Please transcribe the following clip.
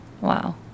Wow